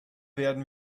werden